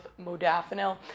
modafinil